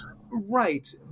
Right